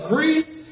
Greece